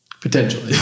potentially